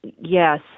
Yes